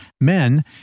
men